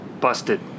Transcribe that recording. busted